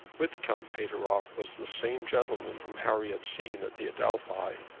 with count pateroff was the same gentleman whom harry had seen at the adelphi,